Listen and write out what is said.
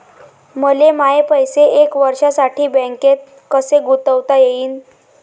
मले माये पैसे एक वर्षासाठी बँकेत कसे गुंतवता येईन?